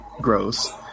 gross